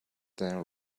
than